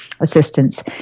assistance